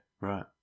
Right